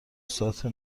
سات